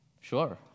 sure